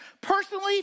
personally